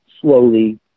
slowly